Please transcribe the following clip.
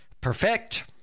perfect